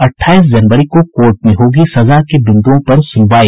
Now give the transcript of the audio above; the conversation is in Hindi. अट्ठाईस जनवरी को कोर्ट में होगी सजा के बिंद्रओं पर सुनवाई